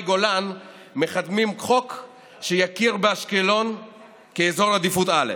גולן חוק שיכיר באשקלון כאזור עדיפות א'.